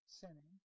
sinning